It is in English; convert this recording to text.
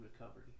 recovery